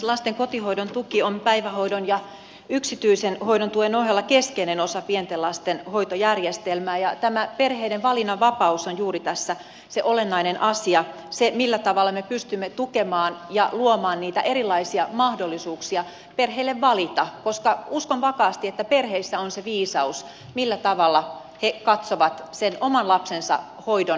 lasten kotihoidon tuki on päivähoidon ja yksityisen hoidon tuen ohella keskeinen osa pienten lasten hoitojärjestelmää ja tämä perheiden valinnanvapaus on juuri tässä se olennainen asia se millä tavalla me pystymme tukemaan ja luomaan niitä erilaisia mahdollisuuksia perheille valita koska uskon vakaasti että perheissä on se viisaus millä tavalla he katsovat sen oman lapsensa hoidon näkökulmasta